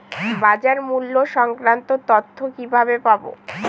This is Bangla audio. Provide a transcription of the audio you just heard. বাজার মূল্য সংক্রান্ত তথ্য কিভাবে পাবো?